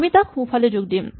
আমি তাক সোঁফালে যোগ দিম